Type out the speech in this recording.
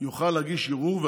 יוכל להגיש ערעור,